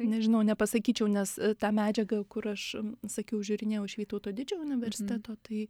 nežinau nepasakyčiau nes ta medžiaga kur aš sakiau žiūrinėjau iš vytauto didžiojo universiteto tai